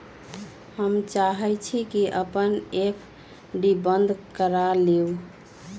हम चाहई छी कि अपन एफ.डी बंद करा लिउ